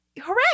hooray